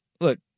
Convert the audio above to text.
look